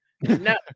No